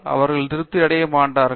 அவர்கள் திருப்தி அடைய மாட்டார்கள்